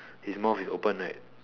his mouth is open like